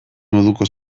moduko